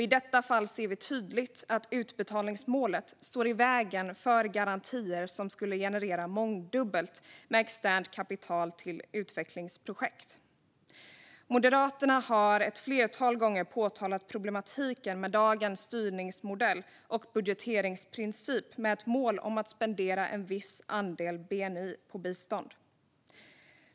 I detta fall ser vi tydligt att utbetalningsmålet står i vägen för garantier som skulle generera mångdubbelt med externt kapital till utvecklingsprojekt. Moderaterna har ett flertal gånger påtalat problematiken med dagens styrningsmodell och budgeteringsprincip med ett mål om att spendera en viss andel av bni på bistånd.